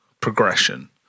progression